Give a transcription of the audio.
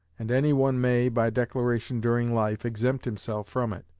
and any one may, by declaration during life, exempt himself from it.